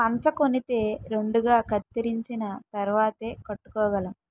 పంచకొనితే రెండుగా కత్తిరించిన తరువాతేయ్ కట్టుకోగలం